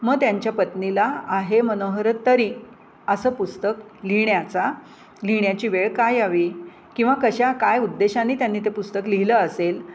मग त्यांच्या पत्नीला आहे मनोहर तरी असं पुस्तक लिहिण्याचा लिहिण्याची वेळ का यावी किंवा कशा काय उद्देशांनी त्यांनी ते पुस्तक लिहिलं असेल